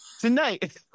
Tonight